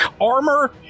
armor